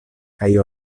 kaj